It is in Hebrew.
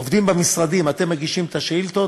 עובדים במשרדים, אתם מגישים את השאילתות